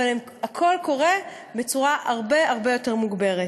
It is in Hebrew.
אבל הכול קורה בצורה הרבה הרבה יותר מוגברת.